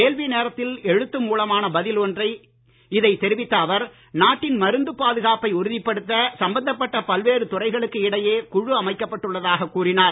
கேள்வி நேரத்தில் எழுத்து மூலமான பதில் ஒன்றில் இதைத் தெரிவித்த அவர் நாட்டின் மருந்து பாதுகாப்பை உறுதிப்படுத்த சம்பந்தப்பட்ட பல்வேறு துறைகளுக்கு இடையே குழு அமைக்கப் பட்டுள்ளதாகக் கூறினார்